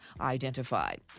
identified